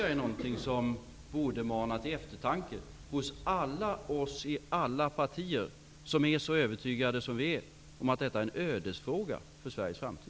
Jag tycker nog att detta borde mana till eftertanke hos alla oss i alla partier som är så övertygade som vi är om att detta är en ödesfråga för Sveriges framtid.